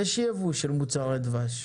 ייבוא של מוצרי דבש.